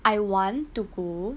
I want to go